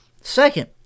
Second